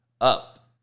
up